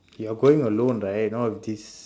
you're going alone right now with this